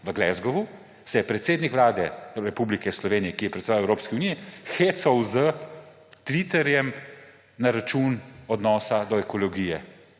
v Glasgowu, se je predsednik Vlade Republike Slovenije, ki je predsedovala Evropski uniji, hecal na Twitterju na račun odnosa do ekologije.